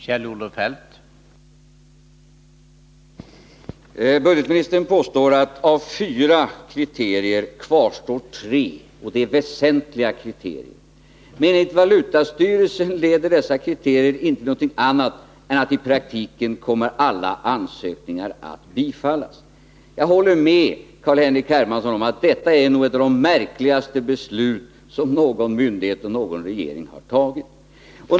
Herr talman! Budgetministern påstår att av fyra kriterier kvarstår tre och att det är väsentliga kriterier. Men enligt valutastyrelsen leder dessa kriterier inte till något annat än att i praktiken alla ansökningar kommer att bifallas. Jag håller med Carl-Henrik Hermansson om att detta nog är ett av de märkligaste beslut som någon myndighet och någon regering har fattat.